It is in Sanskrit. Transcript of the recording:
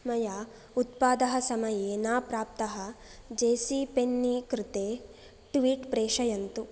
मया उत्पादः समये न प्राप्तः जेसीपेन्नि कृते ट्वीट् प्रेषयन्तु